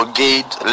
gate